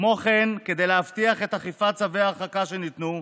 כמו כן, כדי להבטיח את אכיפת צווי ההרחקה שניתנו,